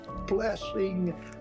blessing